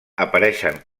apareixen